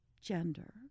gender